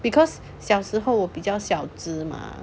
because 小时候我比较小只嘛